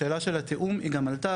השאלה של התיאום היא גם עלתה,